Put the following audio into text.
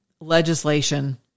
legislation